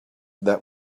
that